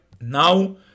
now